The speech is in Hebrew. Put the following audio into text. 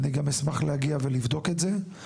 אני גם אשמח להגיע ולבדוק את זה.